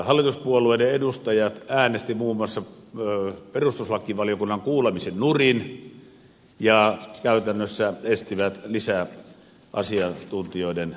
hallituspuolueiden edustajat äänestivät muun muassa perustuslakivaliokunnan kuulemisen nurin ja käytännössä estivät lisäasiantuntijoiden käytön